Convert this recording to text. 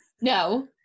no